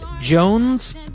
Jones